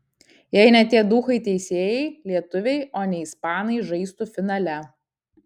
jei ne tie duchai teisėjai lietuviai o ne ispanai žaistų finale